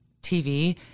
TV